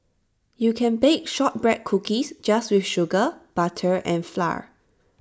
you can bake Shortbread Cookies just with sugar butter and flour